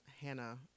Hannah